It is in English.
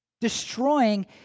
destroying